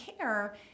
care